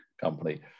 company